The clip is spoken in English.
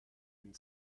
and